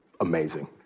amazing